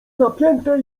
napięte